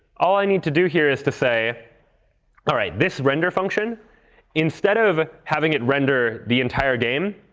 all i need to do here is to say all right, this render function instead of having it render the entire game,